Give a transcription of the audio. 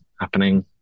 happening